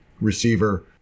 receiver